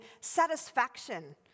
satisfaction